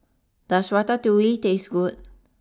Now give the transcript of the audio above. does Ratatouille taste good